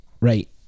right